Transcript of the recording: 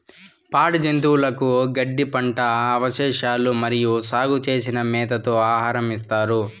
పాడి జంతువులకు గడ్డి, పంట అవశేషాలు మరియు సాగు చేసిన మేతతో ఆహారం ఇస్తారు